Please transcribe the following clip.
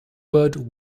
word